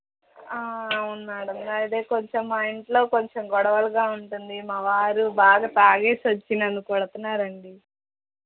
అవును మ్యాడమ్ అదే కొంచం మా ఇంట్లో కొంచం గొడవలుగా ఉంటుంది మా వారు బాగా తాగి వచ్చి నన్ను కొడుతున్నారు అండి